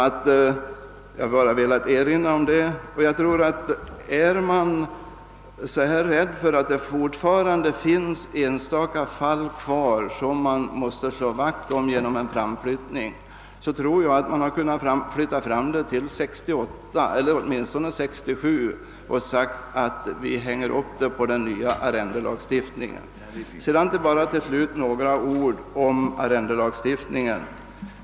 Jag har bara velat erinra om detta. Om man är rädd för att enstaka dylika nyttjanderättshavare fortfarande finns kvar, som man måste slå vakt om genom en framflyttning, hade man väl kunnat flytta fram tidpunkten till 1968 eller åtminstone 1967. En sådan framflyttning hade kunnat anknytas till den nya arrendelagstiftningen. Till slut vill jag säga några ord om arrendelagstiftningen.